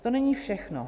To není všechno.